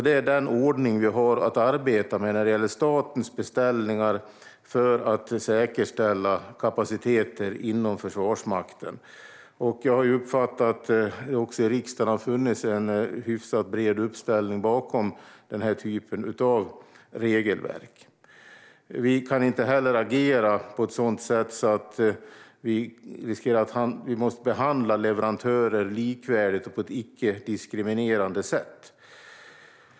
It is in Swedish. Det är den ordning vi har att arbeta med när det gäller statens beställningar för att säkerställa kapaciteter inom Försvarsmakten. Jag har uppfattat att det också i riksdagen har funnits en hyfsat bred uppslutning bakom den typen av regelverk. Vi måste behandla leverantörer likvärdigt och på ett icke diskriminerande sätt.